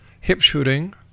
hip-shooting